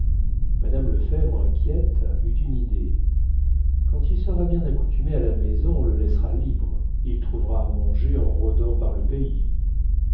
mme lefèvre inquiète eut une idée quand il sera bien accoutumé à la maison on le laissera libre il trouvera à manger en rôdant par le pays